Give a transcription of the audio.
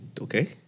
Okay